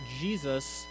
Jesus